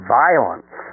violence